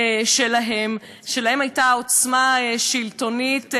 שלהם הייתה עוצמה שלטונית,